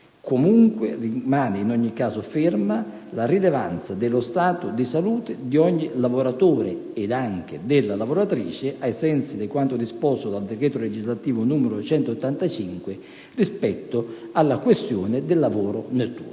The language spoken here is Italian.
2003. Rimane in ogni caso ferma la rilevanza dello stato di salute di ogni lavoratore ed anche della lavoratrice, ai sensi di quanto disposto dal decreto legislativo n. 185, rispetto alla questione del lavoro notturno.